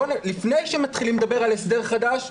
לפני שמתחילים לדבר על הסדר חדש,